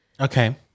okay